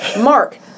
Mark